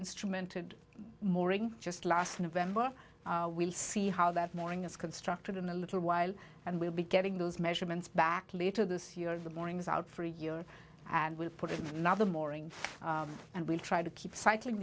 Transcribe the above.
instrumented moring just last november we'll see how that morning is constructed in a little while and we'll be getting those measurements back later this year the morning is out for a year and we'll put it another morning and we'll try to keep cycling